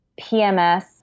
PMS